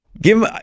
Give